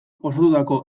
osatutako